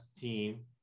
team